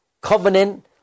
covenant